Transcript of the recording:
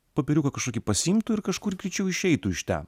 popieriuką kažkokį pasiimtų ir kažkur greičiau išeitų iš ten